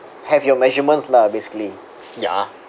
have your measurements lah basically ya